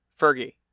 Fergie